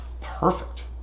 perfect